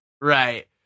right